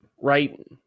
right